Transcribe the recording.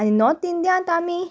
आनी नॉर्थ इंडियांत आमी